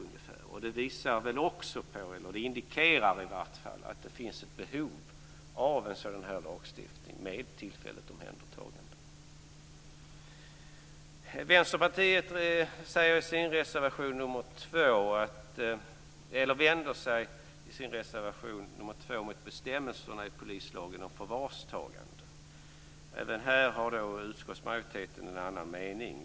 Det visar också på, eller i vart fall indikerar, att det finns ett behov av en sådan lagstiftning om tillfälligt omhändertagande. Vänsterpartiet vänder sig i reservation nr 2 mot bestämmelserna i polislagen om förvarstagande. Även här har utskottsmajoriteten en annan mening.